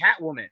Catwoman